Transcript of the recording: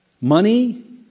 Money